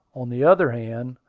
on the other hand,